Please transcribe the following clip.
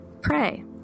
pray